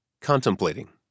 Contemplating